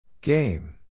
Game